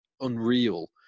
unreal